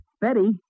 Betty